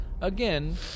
again